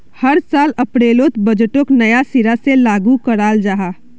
हर साल अप्रैलोत बजटोक नया सिरा से लागू कराल जहा